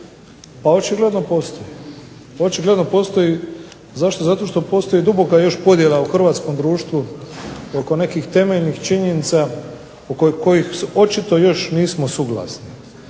o ovomu danas govori. Pa očigledno postoji. Zašto? Zato što postoji duboka još podjela u hrvatskom društvu oko nekih temeljnih činjenica oko kojih očito još nismo suglasni,